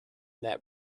that